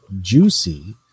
juicy